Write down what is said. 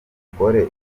umugore